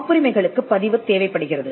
காப்புரிமைகளுக்குப் பதிவு தேவைப்படுகிறது